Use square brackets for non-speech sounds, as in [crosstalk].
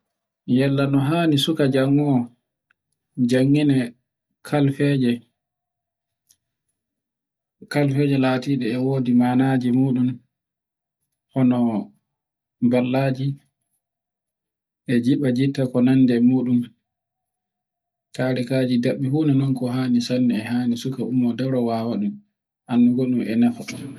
Yallo no hani suka janngo. Janngine e kalfeje, kalfeje latide e wodi manaje moɗum, [noise] hono ballaji e jiba jiba ko nande e moɗun tadi kandi muɗum ko hani sanne e hani sanne suka umma daro wawata anndugol mi e nafa. [noise]